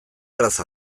erraz